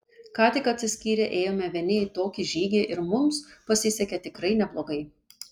ką tik atsiskyrę ėjome vieni į tokį žygį ir mums pasisekė tikrai neblogai